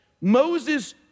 Moses